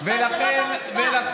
זה לא בר-השוואה.